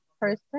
person